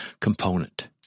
component